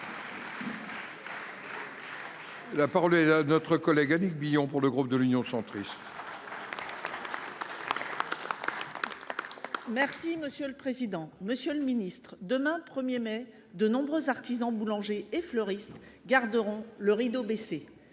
La parole est à notre collègue Annick Billon pour le groupe de l'Union centriste. Merci Monsieur le Président, Monsieur le Ministre. Demain 1er mai, de nombreux artisans boulangers et fleuristes garderont le rideau baissé.